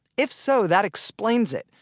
if so, that explains it,